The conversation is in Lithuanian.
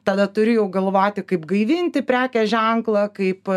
tada turi jau galvoti kaip gaivinti prekės ženklą kaip